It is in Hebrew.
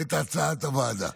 את הצעת הוועדה.